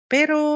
Pero